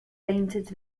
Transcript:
painted